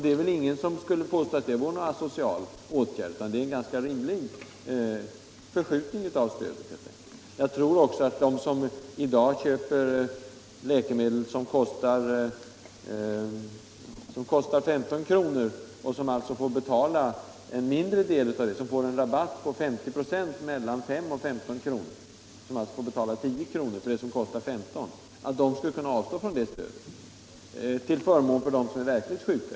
Det är väl ingen som vill påstå att det är en asocial åtgärd utan helt enkelt en rimlig förskjutning av stödet. Jag tror också att de som i dag köper läkemedel för 15 kr. och som alltså får betala en mindre del och får en rabatt på 50 ?> mellan 5 och 15 kr., skulle kunna avstå från det stödet till förmån för dem som är verkligt sjuka.